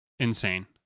Insane